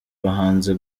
bahanzi